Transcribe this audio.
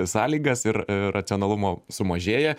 sąlygas ir racionalumo sumažėja